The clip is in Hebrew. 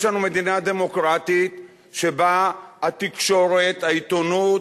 יש לנו מדינה דמוקרטית שבה התקשורת, העיתונות,